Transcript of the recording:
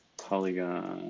polygon